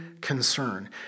concern